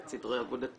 את סדרי עבודתה,